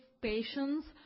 patients